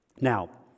Now